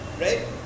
Right